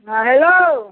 हँ हेलो